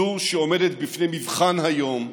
זו שעומדת בפני מבחן היום,